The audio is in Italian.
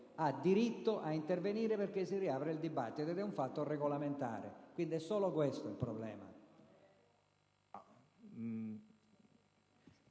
il diritto di intervenire, perché si riapre il dibattito. Questo è un fatto regolamentare e, quindi, è solo questo il problema.